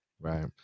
right